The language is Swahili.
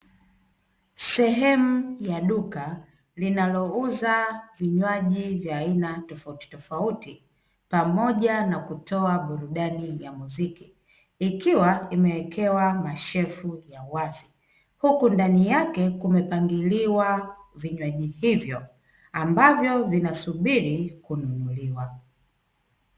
Sehemu ya duka linalouza vinywaji vya aina tofautitofauti, pamoja na kutoa burudani ya musiki ikiwa imewekewa mashevu ya wazi; huku ndani yake kumepangiliwa vinywaji hivyo ambavyo vinasubiri kununuliwa.